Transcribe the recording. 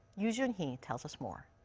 yu joonhee tells us more.